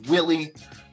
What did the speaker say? Willie